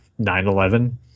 9-11